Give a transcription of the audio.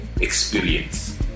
experience